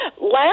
Last